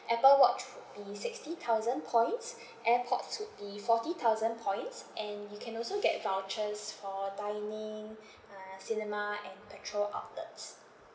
Apple watch would be sixty thousand points AirPods would be forty thousand points and you can also get vouchers for dining uh cinema and petrol outlets